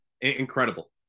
Incredible